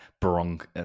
Bronk